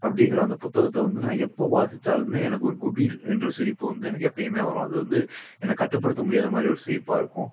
அப்படிங்கிற அந்த புத்தகத்தை வந்து நான் எப்போ வாசித்தாலுமே எனக்கு ஒரு குபீர் என்ற சிரிப்பு வந்து எனக்கு எப்பயுமே வரும் அது வந்து எனக்கு கட்டுப்படுத்த முடியாத மாதிரி ஒரு சிரிப்பாக இருக்கும்